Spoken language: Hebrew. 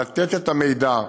לתת את המידע,